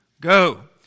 Go